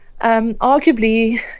Arguably